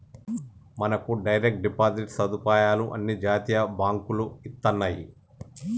మనకు direct deposit సదుపాయాలు అన్ని జాతీయ బాంకులు ఇత్తన్నాయి